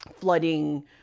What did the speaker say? flooding